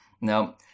Now